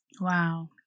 Wow